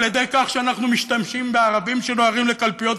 על-ידי כך שאנחנו משתמשים בערבים שנוהרים לקלפיות,